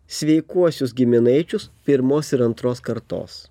sveikuosius giminaičius pirmos ir antros kartos